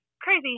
crazy